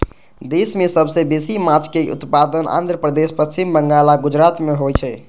देश मे सबसं बेसी माछक उत्पादन आंध्र प्रदेश, पश्चिम बंगाल आ गुजरात मे होइ छै